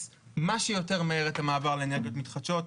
מה שיותר מהר את המעבר לאנרגיות מתחדשות.